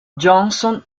johnson